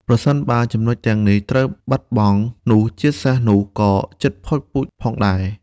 ប្រសិនបើចំណុចទាំងនេះត្រូវបាត់បង់ នោះជាតិសាសន៍នោះក៏ជិតដាច់ពូជផងដែរ។